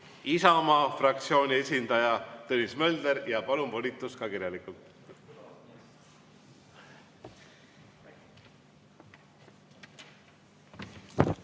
Isamaa fraktsiooni esindaja Tõnis Möldri. Ja palun volitust ka kirjalikult.